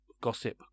Gossip